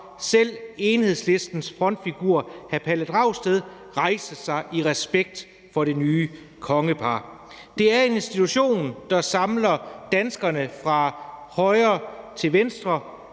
selv Enhedslistens frontfigur, hr. Pelle Dragsted, sig i respekt for det nye kongepar. Det er en institution, der samler danskerne fra højre til venstre,